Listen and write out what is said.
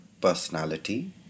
personality